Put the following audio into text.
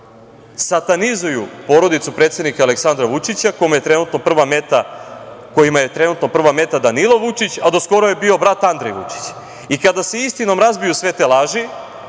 satanizuju porodicu predsednika Aleksandra Vučića, kojima je trenutno prva meta Danilo Vučić, a do skoro je bio brat Andrej Vučić. Kada se istinom razbiju sve te laži,